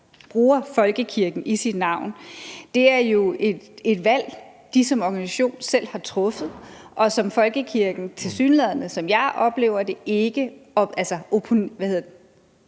bruger folkekirken i sit navn, er jo et valg, de som organisation selv har truffet, og som folkekirken tilsyneladende, som jeg oplever det, ikke er imod eller